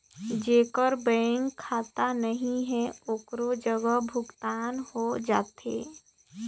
जेकर बैंक खाता नहीं है ओकरो जग भुगतान हो जाथे?